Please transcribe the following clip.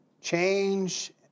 change